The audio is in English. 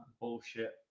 bullshit